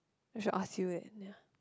I should ask you that ya